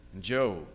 Job